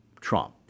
Trump